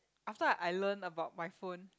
after I learn about my phone